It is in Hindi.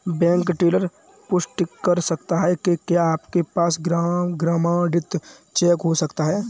बैंक टेलर पुष्टि कर सकता है कि क्या आपके पास प्रमाणित चेक हो सकता है?